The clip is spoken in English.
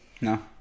No